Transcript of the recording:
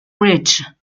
ridge